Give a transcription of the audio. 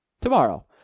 Tomorrow